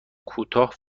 کوتاه